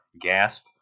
gasp